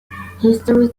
history